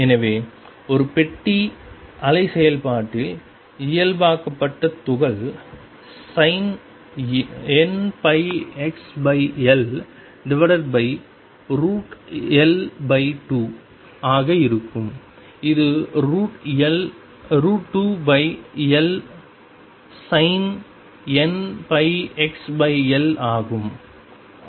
எனவே ஒரு பெட்டி அலை செயல்பாட்டில் இயல்பாக்கப்பட்ட துகள் sinnπxLL2 ஆக இருக்கும் இது 2LsinnπxL ஆகும்